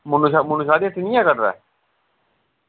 मुन्नू शाह् मुन्नू शाह् दी हट्टी निं ऐ कटरै